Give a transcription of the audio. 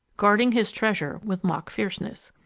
guarding his treasure with mock fierceness.